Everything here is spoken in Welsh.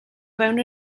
fewn